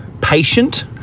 patient